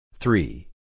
Three